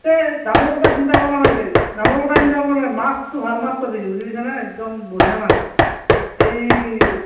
তেন্তে দামৰ কথা চিন্তা কৰবা নালগে দামৰ কথা চিন্তা কৰবা নালগে মাছটো ভাল মাছ পাবি বুজি পাইছানে একদম বঢ়িয়া মাছ এই